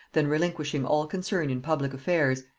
than, relinquishing all concern in public affairs,